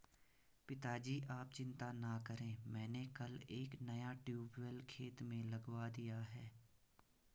पिताजी आप चिंता ना करें मैंने कल एक नया ट्यूबवेल खेत में लगवा दिया है